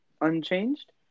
unchanged